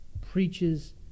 preaches